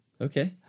Okay